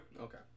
Okay